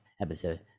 episode